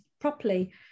properly